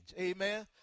Amen